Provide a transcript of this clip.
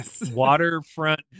Waterfront